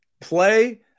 play